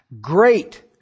Great